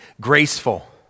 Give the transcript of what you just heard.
graceful